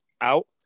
out